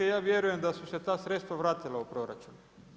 Ja vjerujem da su se ta sredstva vratila u proračun.